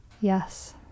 yes